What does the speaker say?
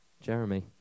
Jeremy